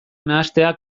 nahastea